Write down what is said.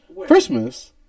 Christmas